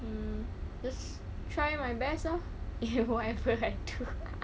mm just try my best lah if whatever I do